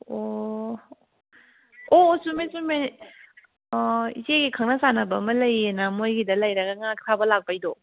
ꯑꯣ ꯑꯣ ꯆꯨꯝꯃꯦ ꯆꯨꯝꯃꯦ ꯏꯆꯦꯒꯤ ꯈꯪꯅ ꯆꯥꯟꯅꯕ ꯑꯃ ꯂꯩꯌꯦꯅ ꯃꯈꯣꯏꯒꯤꯗ ꯂꯩꯔꯒ ꯉꯥ ꯊꯥꯕ ꯂꯥꯛꯄꯒꯤꯗꯣ